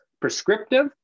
prescriptive